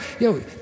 yo